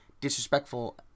disrespectful